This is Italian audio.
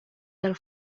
dal